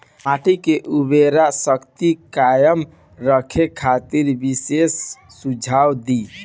मिट्टी के उर्वरा शक्ति कायम रखे खातिर विशेष सुझाव दी?